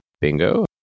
Bingo